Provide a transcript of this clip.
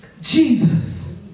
Jesus